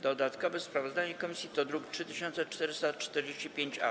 Dodatkowe sprawozdanie komisji to druk nr 3445-A.